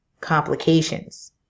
complications